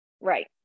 Right